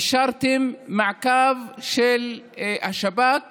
אישרתם מעקב של השב"כ